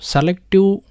Selective